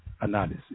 analysis